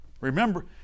Remember